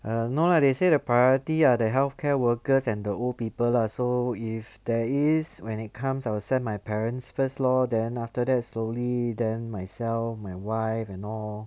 ah no lah they say the priority are the healthcare workers and the old people lah so if there is when it comes I will send my parents first lor then after that slowly then myself my wife and all